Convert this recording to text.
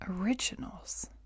originals